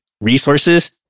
resources